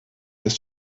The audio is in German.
ist